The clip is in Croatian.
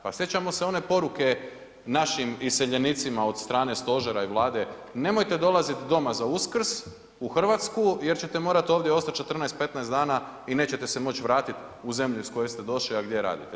Pa sjećamo se one poruke našim iseljenicima od strane Stožera i Vlade, nemojte dolaziti doma za Uskrs u Hrvatsku jer ćete morati ovdje ostati 14, 15 dana i nećete se moći vratiti u zemlju iz koje ste došli, a gdje radite.